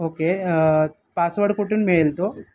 okay password कुठून मिळेल तो